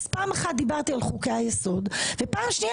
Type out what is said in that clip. פעם אחת דיברתי על חוקי היסוד ופעם שנייה